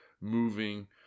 moving